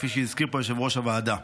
כפי שהזכיר פה יושב-ראש הוועדה.